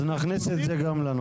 נכניס גם את זה לנוסח.